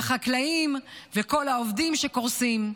לחקלאים וכל העובדים שקורסים.